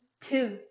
two